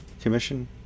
Commission